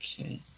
Okay